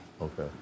Okay